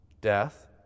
death